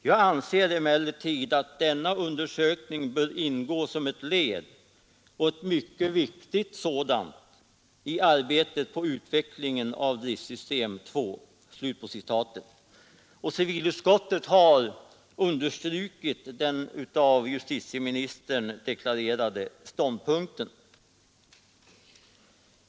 Jag anser emellertid att denna undersökning bör ingå som ett led — och ett mycket viktigt sådant — i arbetet på utvecklingen av driftsystem 2.” Civilutskottet har understrukit den av justitieministern deklarerade ståndpunkten.